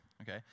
okay